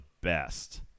best